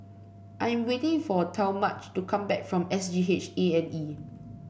I am waiting for Talmadge to come back from S G H A and E